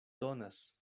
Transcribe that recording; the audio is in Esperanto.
donas